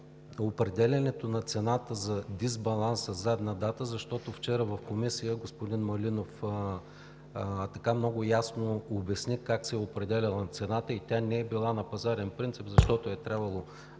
в определянето на цената за дисбаланса със задна дата, защото вчера в Комисията господин Малинов много ясно обясни как се определяла цената и тя не е била на пазарен принцип, защото е трябвало